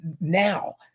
now